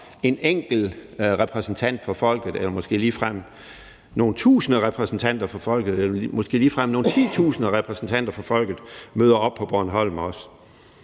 en enkelt repræsentant fra folket eller måske ligefrem nogle tusinder repræsentanter fra folket eller måske ligefrem nogle titusinder repræsentanter fra folket møder op på Bornholm?